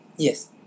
Yes